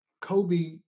Kobe